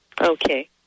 Okay